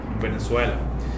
Venezuela